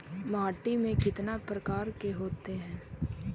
माटी में कितना प्रकार के होते हैं?